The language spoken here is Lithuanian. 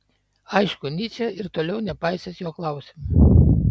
aišku nyčė ir toliau nepaisys jo klausimų